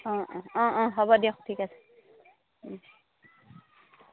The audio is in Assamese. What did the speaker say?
অঁ অঁ অঁ অঁ হ'ব দিয়ক ঠিক আছে